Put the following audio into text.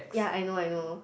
yeah I know I know